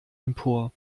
empor